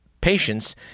patients